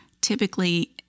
typically